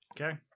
Okay